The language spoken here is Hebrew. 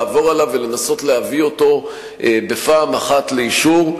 לעבור עליו ולנסות להביא אותו בפעם אחת לאישור,